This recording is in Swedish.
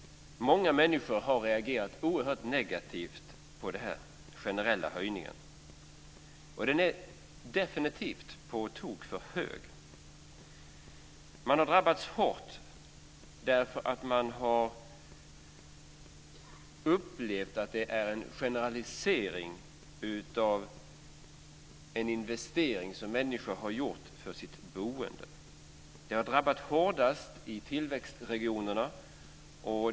Många människor har reagerat oerhört negativt på den generella höjningen. Den är definitivt på tok för hög. Människor har drabbats hårt. De har upplevt att det är en generalisering av en investering som de har gjort för sitt boende. Detta har drabbat tillväxtregionerna hårdast.